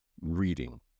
reading